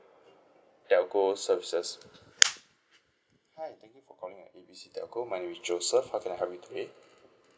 telco services hi thank you for calling A B C telco my name is joseph how can I help you today